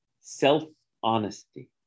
self-honesty